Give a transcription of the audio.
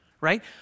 right